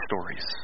stories